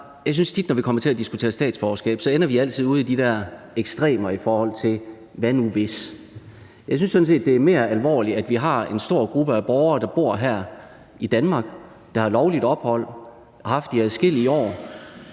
Jeg synes bare, når vi diskuterer statsborgerskab, at vi altid ender ude i de der ekstremer: Hvad nu hvis? Jeg synes sådan set, det er mere alvorligt, at vi har en stor gruppe af borgere, der bor her i Danmark, har lovligt ophold og har haft det i adskillige år,